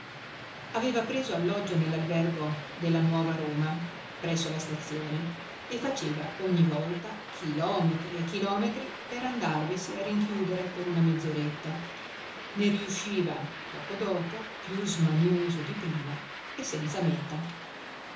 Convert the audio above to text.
aveva preso alloggio nell'albergo della nuova roma presso la stazione e faceva ogni volta chilometri e chilometri per andarvisi a rinchiudere per una mezz'oretta ne riusciva poco dopo più smanioso di prima e senza mèta